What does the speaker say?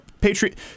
Patriot